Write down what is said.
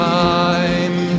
time